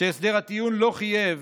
שהסדר הטיעון לא חייב